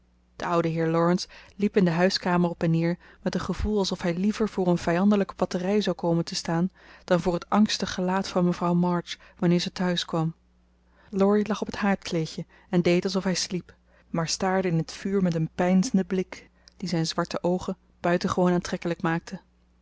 de oude heer laurence liep in de huiskamer op en neer met een gevoel alsof hij liever voor een vijandelijke batterij zou komen te staan dan voor het angstig gelaat van mevrouw march wanneer ze tehuis kwam laurie lag op het haardkleedje en deed alsof hij sliep maar staarde in het vuur met een peinzenden blik die zijn zwarte oogen buitengewoon aantrekkelijk maakte